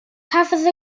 cafodd